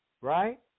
right